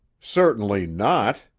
certainly not!